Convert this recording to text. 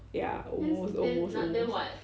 ya almost almost almost